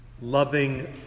loving